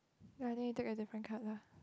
ya then you took a different colour